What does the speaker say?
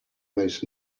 most